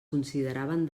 consideraven